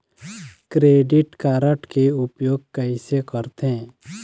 Credit card के उपयोग कैसे करथे?